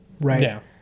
right